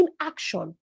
inaction